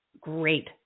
great